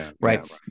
right